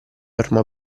ormai